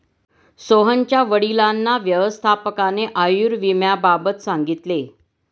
सोहनच्या वडिलांना व्यवस्थापकाने आयुर्विम्याबाबत सांगितले